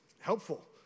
helpful